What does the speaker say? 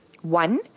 One